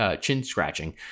chin-scratching